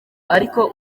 ariko